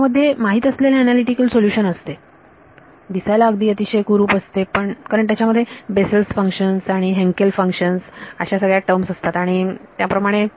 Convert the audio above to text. यामध्ये माहीत असलेले अनलिटिकल सोलुशन असते दिसायला अगदी अतिशय कुरूप असते कारण त्यामध्ये बेसल फंक्शन आणि हेंकेल फंक्शन्स च्या टर्म असतात आणि अशाप्रकारे